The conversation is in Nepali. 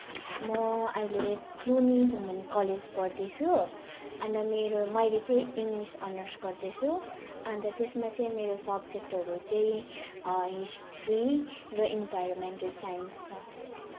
म अहिले क्लुनि वुमन कलेज पढ्दैछु अन्त मेरो मैले चाहिँ इङ्लिस अनर्स गर्दैछु अन्त त्यसमा चाहिँ मेरो सब्जेक्टहरू चाहिँ हिस्ट्री र इन्भाइरोमेन्टल साइन्स छ